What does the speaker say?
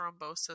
thrombosis